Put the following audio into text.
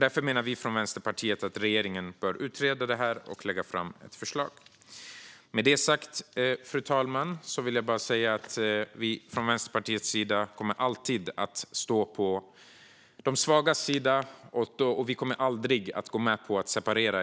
Därför menar vi från Vänsterpartiet att regeringen bör utreda detta och lägga fram ett förslag. Med detta sagt, fru talman, vill jag bara säga att vi från Vänsterpartiets sida alltid kommer att stå på de svagas sida. Vi kommer aldrig att gå med på att separera